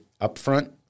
upfront